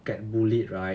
get bullied right